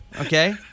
Okay